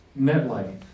MetLife